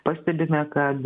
pastebime kad